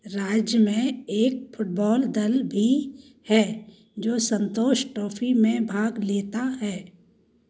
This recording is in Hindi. राज्य में एक फ़ुटबॉल दल भी है जो संतोष ट्रॉफ़ी में भाग लेता है